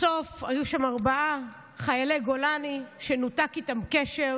בסוף, היו שם ארבעה חיילי גולני שנותק איתם קשר.